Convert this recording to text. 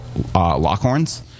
Lockhorns